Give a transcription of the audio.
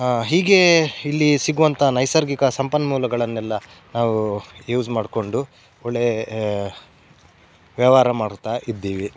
ಹೀಗೇ ಇಲ್ಲಿ ಸಿಗುವಂತ ನೈಸರ್ಗಿಕ ಸಂಪನ್ಮೂಲಗಳನ್ನೆಲ್ಲ ನಾವು ಯೂಸ್ ಮಾಡಿಕೊಂಡು ಒಳ್ಳೇ ವ್ಯವಹಾರ ಮಾಡ್ತಾ ಇದ್ದೀವಿ